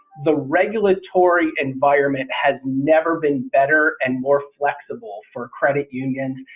the regulatory environment has never been better and more flexible for credit unions.